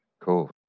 Cool